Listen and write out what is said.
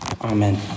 Amen